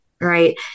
Right